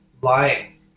lying